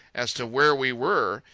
as to where we were,